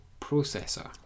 processor